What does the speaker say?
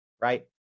right